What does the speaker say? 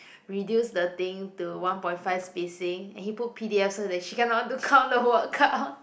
reduce the thing to one point five spacing and he put P_D_F so that she cannot do the word count